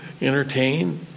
entertain